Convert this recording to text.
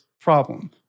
problem